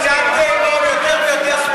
זה לא הוא ימני, זה אתם נהיים יותר ויותר שמאלנים.